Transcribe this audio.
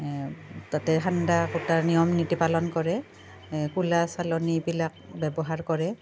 তাতে সান্দা কুটাৰ নিয়ম নীতি পালন কৰে কুলা চালনিবিলাক ব্যৱহাৰ কৰে